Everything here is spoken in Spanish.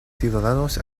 ciudadanos